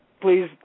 Please